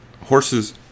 horses